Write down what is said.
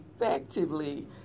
effectively